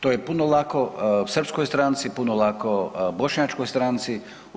To je puno lako srpskoj stranci, puno lako bošnjačkoj stranci.